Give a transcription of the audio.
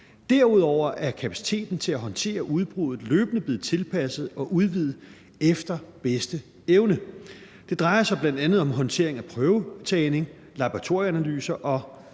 Derudover er kapaciteten til at håndtere udbruddet løbende blevet tilpasset og udvidet efter bedste evne. Det drejer sig bl.a. om håndtering af prøvetagning, laboratorieanalyser og